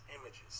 images